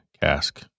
cask